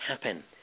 happen